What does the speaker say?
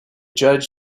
judge